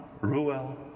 Ruel